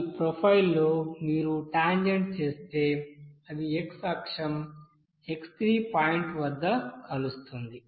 ఈ ప్రొఫైల్లో మీరు టాంజెంట్ చేస్తే అది x అక్షం x3 పాయింట్ వద్ద కలుస్తుంది